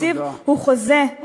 התקציב הזה הוא חוזה, תודה.